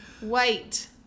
White